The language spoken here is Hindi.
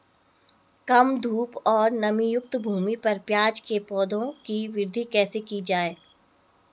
कम धूप और नमीयुक्त भूमि पर प्याज़ के पौधों की वृद्धि कैसे की जाए?